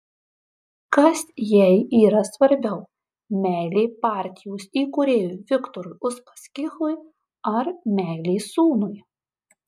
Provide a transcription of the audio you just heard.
kas jai yra svarbiau meilė partijos įkūrėjui viktorui uspaskichui ar meilė sūnui